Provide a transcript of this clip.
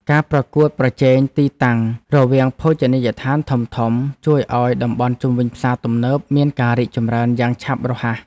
ការប្រកួតប្រជែងទីតាំងរវាងភោជនីយដ្ឋានធំៗជួយឱ្យតំបន់ជុំវិញផ្សារទំនើបមានការរីកចម្រើនយ៉ាងឆាប់រហ័ស។